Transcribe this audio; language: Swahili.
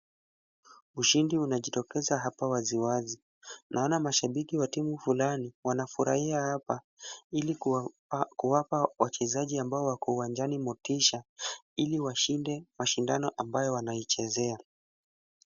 Ushindi unajitokeza hapa wazi wazi. Naona mashabiki wa timu fulani wanafurahia hapa, ili kuwapa wachezaji ambao wako uwanjani motisha, ili washinde mashindano wanaoichezea.